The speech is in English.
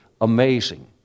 amazing